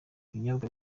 binyobwa